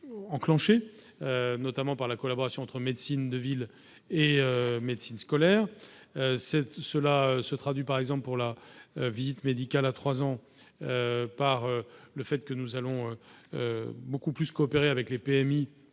notamment par la collaboration entre médecine de ville et médecine scolaire c'est cela se traduit par exemple pour la visite médicale à 3 ans par le fait que nous allons beaucoup plus coopérer avec les PMI,